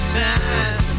time